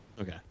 Okay